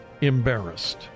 embarrassed